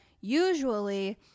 usually